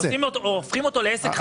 הופכים אותו לעסק חדש.